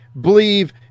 believe